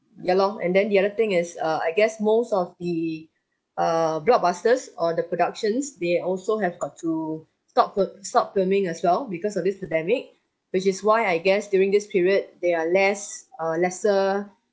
ya lor and then the other thing is uh I guess most of the err blockbusters or the productions they also have got to stop stop filming as well because of this pandemic which is why I guess during this period they are less uh lesser